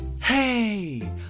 Hey